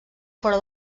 fora